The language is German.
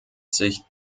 sich